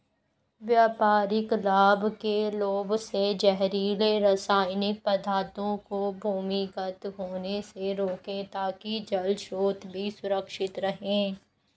व्यापारिक लाभ के लोभ से जहरीले रासायनिक पदार्थों को भूमिगत होने से रोकें ताकि जल स्रोत भी सुरक्षित रहे